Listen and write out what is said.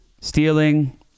stealing